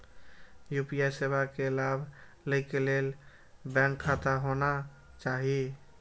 UPI सेवा के लाभ लै के लिए बैंक खाता होना चाहि?